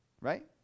Right